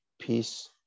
peace